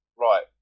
right